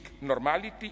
normality